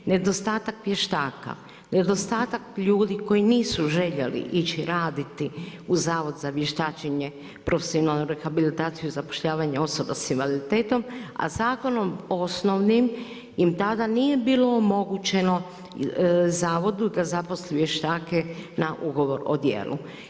Nedostatak vještaka, nedostatak ljudi koji nisu željeli ići raditi u Zavod za vještačenje, profesionalnu rehabilitaciju i zapošljavanje osoba s invaliditetom, a zakonom osnovnim im tada nije bilo omogućeno zavodu da zaposli vještake na ugovor o djelu.